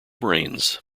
brains